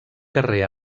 carrer